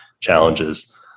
challenges